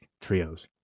trios